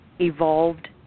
evolved